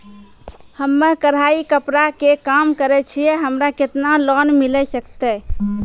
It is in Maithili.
हम्मे कढ़ाई कपड़ा के काम करे छियै, हमरा केतना लोन मिले सकते?